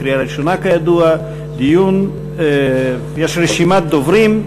בקריאה הראשונה, כידוע, יש רשימת דוברים.